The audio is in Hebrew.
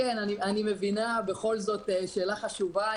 בכל זאת שאלה חשובה.